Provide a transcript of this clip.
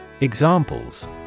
Examples